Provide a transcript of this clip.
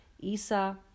Isa